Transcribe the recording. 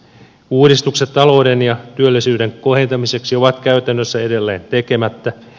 uudistukset talouden ja työllisyyden kohentamiseksi ovat käytännössä edelleen tekemättä